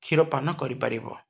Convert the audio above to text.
କ୍ଷୀର ପାାନ କରିପାରିବ